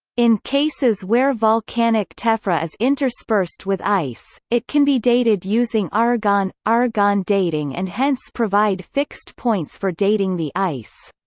in cases where volcanic tephra is interspersed with ice, it can be dated using argon argon dating and hence provide fixed points for dating the ice.